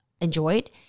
enjoyed